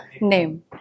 name